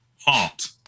heart